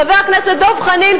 חבר הכנסת דב חנין,